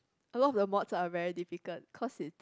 a lot of the mods are very difficult cause it